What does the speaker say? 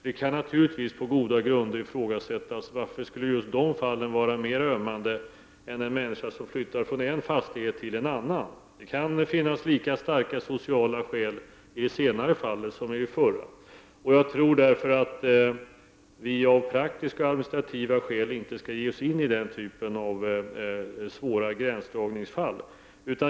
Det kan naturligtvis på goda grunder ifrågasättas varför just det fallet skulle vara mer ömmande än fallet med en människa som flyttar från en fastighet till en annan. Det kan finnas lika starka sociala skäl i det senare fallet som i det förra. Jag tror därför att vi av praktiska, administrativa skäl-inte skall ge oss in i den typen av svåra gränsdragningsfall.